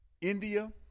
India